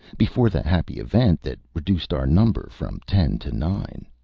before the happy event that reduced our number from ten to nine